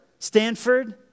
Stanford